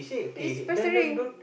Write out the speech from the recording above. is pestering